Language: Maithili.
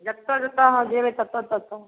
जत्तऽ जत्तऽ आहाँ जेबै तत्तऽ तत्तऽ